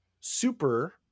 super